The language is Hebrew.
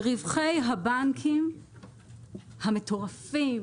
רווחי הבנקים המטורפים,